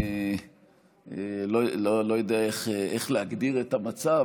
לא יודע איך להגדיר את המצב,